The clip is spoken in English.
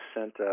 sent